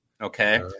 okay